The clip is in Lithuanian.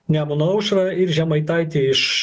nemuno aušrą ir žemaitaitį iš